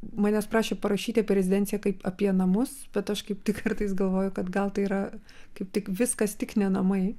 manęs prašė parašyti apie rezidenciją kaip apie namus bet aš kaip tik kartais galvoju kad gal tai yra kaip tik viskas tik ne namai